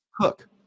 cook